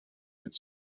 its